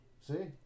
See